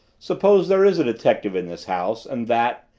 suppose there is a detective in this house and that,